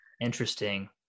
interesting